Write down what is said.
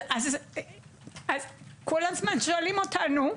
אז כול הזמן שואלים אותנו,